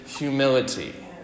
humility